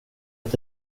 att